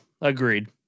Agreed